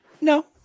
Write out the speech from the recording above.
No